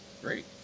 Great